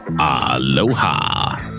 aloha